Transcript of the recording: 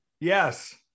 Yes